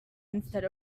instead